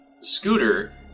scooter